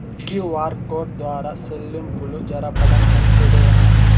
QR code ద్వారా చెల్లింపులు జరపడం మంచిదేనా?